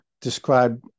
describe